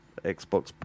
Xbox